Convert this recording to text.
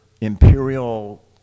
imperial